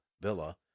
villa